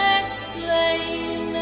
explain